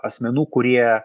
asmenų kurie